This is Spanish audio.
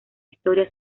historia